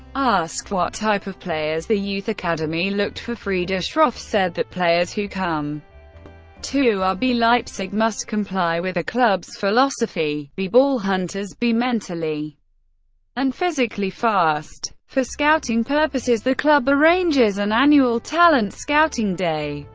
asked what type of players the youth academy looked for, frieder shrof said that players who come to ah rb leipzig, must comply with the club's philosophy be ball-hunters, be mentally and physically fast. for scouting purposes, the club arranges an annual talent scouting day,